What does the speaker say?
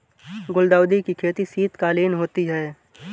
गुलदाउदी की खेती शीतकालीन होती है